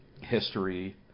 history